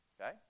Okay